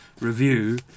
review